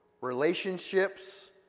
relationships